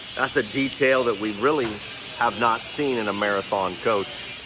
that's a detail that we really have not seen in a marathon coach.